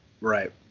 Right